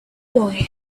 boy